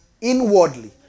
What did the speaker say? inwardly